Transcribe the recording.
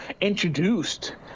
introduced